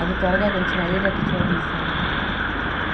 అది త్వరగా కొంచెం అయ్యేటట్టు చూడండి సార్